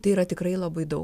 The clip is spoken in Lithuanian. tai yra tikrai labai daug